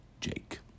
Jake